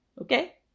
okay